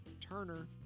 Turner